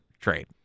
trade